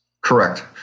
Correct